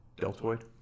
deltoid